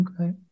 Okay